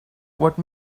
what